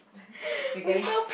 regarding